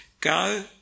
go